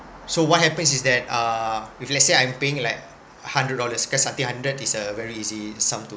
so what happens is that uh if let's say I'm paying like hundred dollars cause I say hundred dollars is a very easy sum to